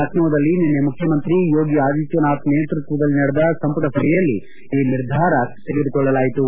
ಲಕ್ಷೋದಲ್ಲಿ ನಿನ್ನೆ ಮುಖ್ಯಮಂತ್ರಿ ಯೋಗಿ ಆದಿತ್ದನಾಥ್ ನೇತೃತ್ವದಲ್ಲಿ ನಡೆದ ಸಂಪುಟ ಸಭೆಯಲ್ಲಿ ಈ ನಿರ್ಧಾರ ತೆಗೆದುಕೊಳ್ಟಲಾಯಿತು